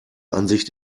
ansicht